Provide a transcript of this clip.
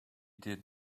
did